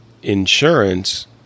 Insurance